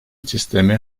sistemi